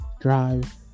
drive